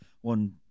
one